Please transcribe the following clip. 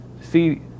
See